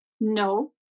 No